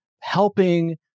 helping